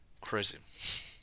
Crazy